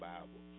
Bible